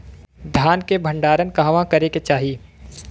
धान के भण्डारण कहवा करे के चाही?